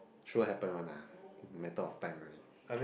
true happen one lah matter of times already